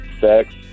sex